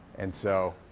and so,